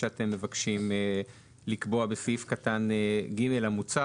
שאתם מבקשים לקבוע בסעיף קטן (ג) המוצע,